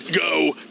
go